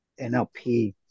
nlp